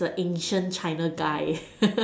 is a ancient China guy